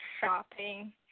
shopping